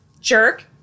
Jerk